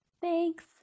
Thanks